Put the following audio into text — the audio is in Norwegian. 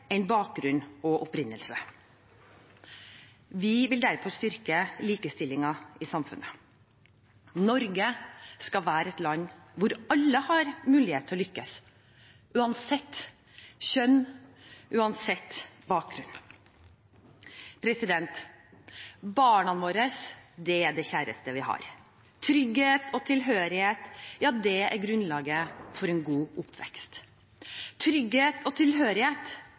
enn bakgrunn og opprinnelse. Vi vil derfor styrke likestillingen i samfunnet. Norge skal være et land hvor alle har mulighet til å lykkes – uansett kjønn, uansett bakgrunn. Barna våre er det kjæreste vi har. Trygghet og tilhørighet er grunnlaget for en god oppvekst. Trygghet og tilhørighet